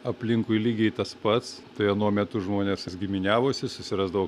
aplinkui lygiai tas pats tai anuo metu žmonės giminiavosi susirasdavo